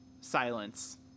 Silence